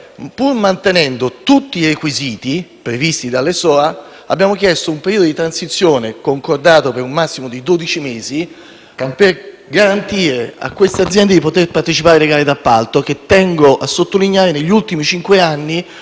Pur mantenendo tutti i requisiti previsti dalle SOA, abbiamo chiesto un periodo di transizione, concordato per un massimo di dodici mesi, per garantire a quelle aziende di poter partecipare alle gare d'appalto. Tengo a sottolineare il fatto